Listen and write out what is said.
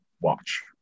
watch